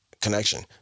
connection